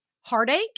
heartache